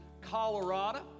Colorado